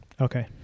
Okay